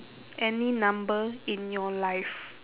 any number in your life